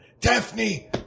Daphne